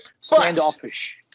Standoffish